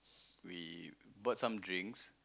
we bought some drinks